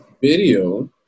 video